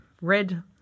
red